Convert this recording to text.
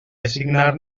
designar